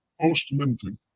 post-minting